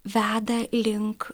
veda link